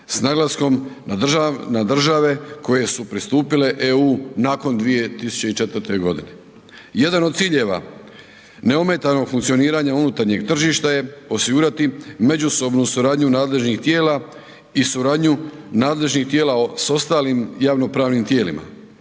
s naglaskom na države koje su pristupile EU nakon 2004. g. Jedan od ciljeva neometanog funkcioniranja unutarnjeg tržišta je osigurati međusobnu suradnju nadležnih tijela i suradnju nadležnih tijela s ostalim javnopravnim tijelima,